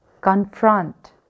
confront